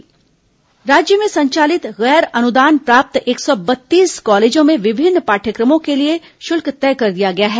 महाविद्यालय फीस राज्य में संचालित गैर अनुदान प्राप्त एक सौ बत्तीस कॉलेजों में विभिन्न पाठयक्रमों के लिए शुल्क तय कर दिया गया है